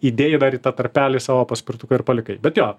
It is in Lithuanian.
įdėjai dar į tą tarpelį savo paspirtuką ir palikai bet jo